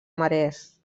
marès